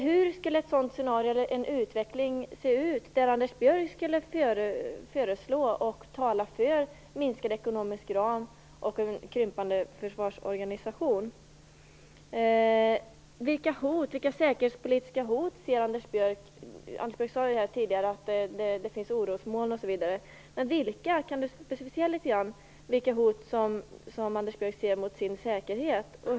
Hur skulle ett scenario eller en utveckling se ut där Anders Björck skulle föreslå och tala för en minskad ekonomisk ram och en krympande försvarsorganisation? Anders Björck sade här tidigare att det finns orosmoln osv. Kan han specificera vilka säkerhetspolitiska hot han ser mot Sveriges säkerhet?